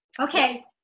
Okay